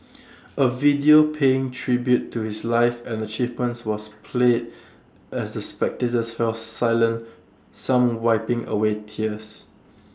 A video paying tribute to his life and achievements was played as the spectators fell silent some wiping away tears